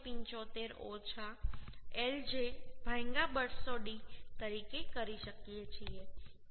075 ઓછા lj 200d તરીકે કરી શકીએ છીએ